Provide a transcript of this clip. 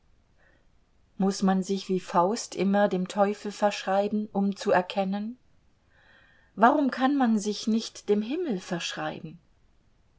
muß man sich wie faust immer dem teufel verschreiben um zu erkennen warum kann man sich nicht dem himmel verschreiben